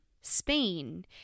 Spain